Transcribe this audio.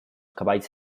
cavalls